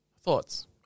thoughts